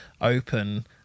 open